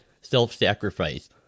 self-sacrifice